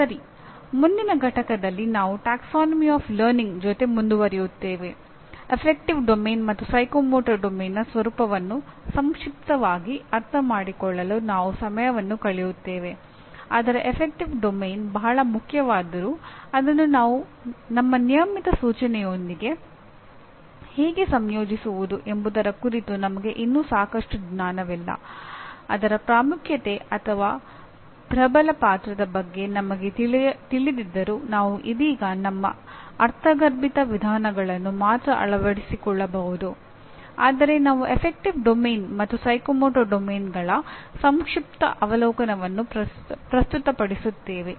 ಸರಿ ಮುಂದಿನ ಘಟಕದಲ್ಲಿ ನಾವು ಟ್ಯಾಕ್ಸಾನಮಿ ಆಫ್ ಲರ್ನಿಂಗ್ ಸಂಕ್ಷಿಪ್ತ ಅವಲೋಕನವನ್ನು ಪ್ರಸ್ತುತಪಡಿಸುತ್ತೇವೆ